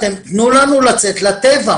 אני יכולה להבטיח לך שנמצא את הציבור